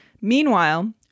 Meanwhile